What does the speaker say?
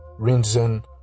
Rinzen